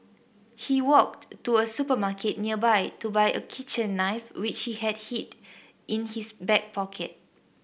he walked to a supermarket nearby to buy a kitchen knife which he hid in his back pocket